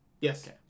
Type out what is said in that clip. Yes